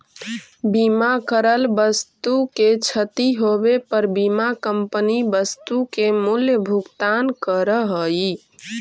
बीमा करल वस्तु के क्षती होवे पर बीमा कंपनी वस्तु के मूल्य भुगतान करऽ हई